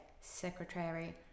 secretary